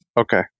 Okay